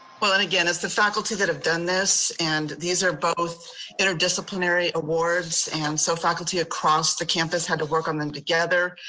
well and again, it's the faculty that have done this, and these are both interdisciplinary awards. and so faculty across the campus had to work on them together,